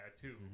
tattoo